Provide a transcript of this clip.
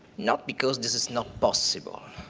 not because this is not possible.